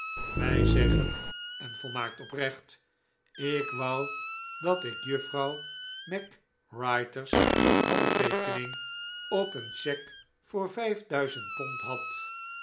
wij zeggen en volmaakt oprecht ik wou dat ik juffrouw mac whirter's handteekening op een cheque voor vijfduizend pond had